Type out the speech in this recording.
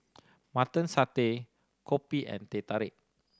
Mutton Satay kopi and Teh Tarik